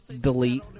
Delete